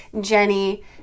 Jenny